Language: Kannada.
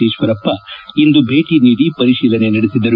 ಈಶ್ವರಪ್ಪ ಇಂದು ಭೇಟಿ ನೀಡಿ ಪರಿಶೀಲನೆ ನಡೆಸಿದರು